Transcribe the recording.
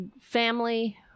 family